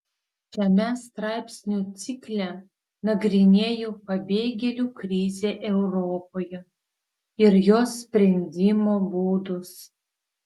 šiame straipsnių cikle nagrinėju pabėgėlių krizę europoje ir jos sprendimo būdus